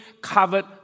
covered